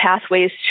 pathways